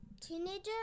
teenager